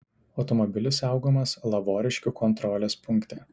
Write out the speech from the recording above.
automobilis saugomas lavoriškių kontrolės punkte